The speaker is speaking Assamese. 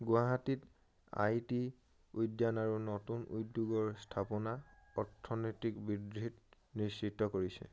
গুৱাহাটীত আই টি উদ্যান আৰু নতুন উদ্যোগৰ স্থাপনা অৰ্থনৈতিক বৃদ্ধিত নিশ্চিত কৰিছে